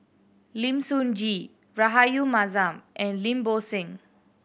Lim Sun Gee Rahayu Mahzam and Lim Bo Seng